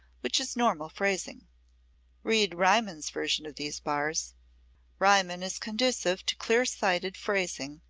which is normal phrasing read riemann's version of these bars riemann is conducive to clear-sighted phrasing,